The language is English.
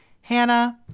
Hannah